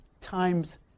times